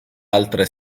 altre